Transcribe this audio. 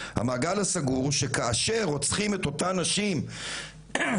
המעגל הסגור הוא שכאשר שרוצחים את אותן נשים בפעם